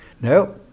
No